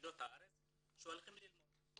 ילידות הארץ שהולכות ללמוד.